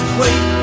wait